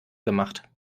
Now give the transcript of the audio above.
gemacht